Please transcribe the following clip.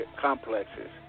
complexes